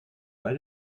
bei